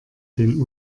den